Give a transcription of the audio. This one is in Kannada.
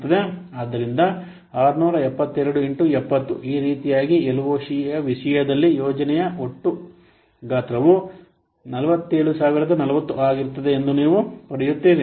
ಆದ್ದರಿಂದ 672 ಇಂಟು 70 ಈ ರೀತಿಯಾಗಿ ಎಲ್ಒಸಿಯ ವಿಷಯದಲ್ಲಿ ಯೋಜನೆಯ ಈ ಒಟ್ಟು ಗಾತ್ರವು 47040 ಆಗಿರುತ್ತದೆ ಎಂದು ನೀವು ಪಡೆಯುತ್ತೀರಿ